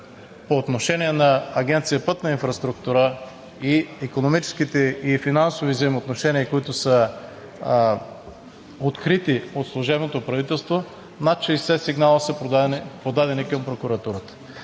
по отношение на Агенция „Пътна инфраструктура“ и икономическите, и финансови взаимоотношения, които са открити от служебното правителство – над 60 сигнала са подадени към прокуратурата.